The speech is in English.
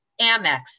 Amex